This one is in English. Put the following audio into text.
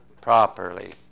properly